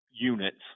units